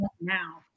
Now